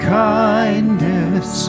kindness